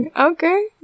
Okay